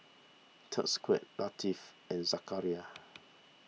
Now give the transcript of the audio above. Thaqif Latif and Zakaria